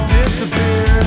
disappear